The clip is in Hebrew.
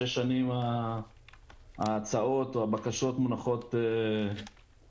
שש שנים ההצעות או הבקשות מונחות לשינוי.